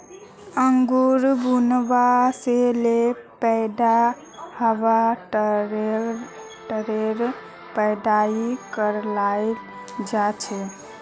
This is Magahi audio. अंगूर बुनवा से ले पैदा हवा तकेर पढ़ाई कराल जा छे